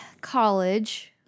college